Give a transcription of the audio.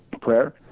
Prayer